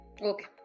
Okay